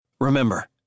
Remember